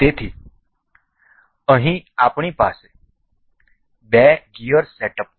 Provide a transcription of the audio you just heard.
તેથી અહીં આપણી પાસે બે ગિયર સેટઅપ છે